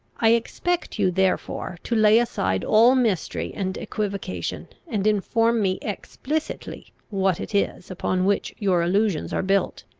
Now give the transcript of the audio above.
i expect you therefore to lay aside all mystery and equivocation, and inform me explicitly what it is upon which your allusions are built.